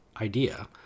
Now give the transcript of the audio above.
idea